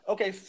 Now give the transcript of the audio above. Okay